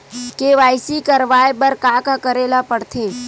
KYC करवाय बर का का करे ल पड़थे?